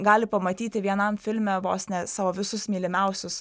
gali pamatyti vienam filme vos ne savo visus mylimiausius